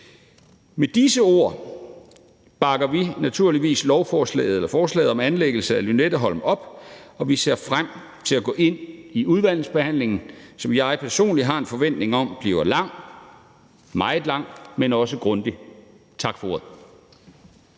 Med disse ord bakker vi naturligvis forslaget om anlæggelse af Lynetteholm op, og vi ser frem til at gå ind i udvalgsbehandlingen, som jeg personligt har en forventning om bliver lang, meget lang, men også grundig. Tak for ordet.